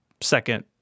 second